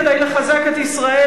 כדי לחזק את ישראל,